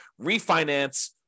refinance